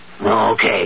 okay